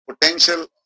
potential